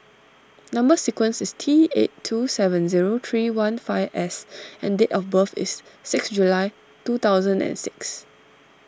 Number Sequence is T eight two seven zero three one five S and date of birth is six July two thousand and six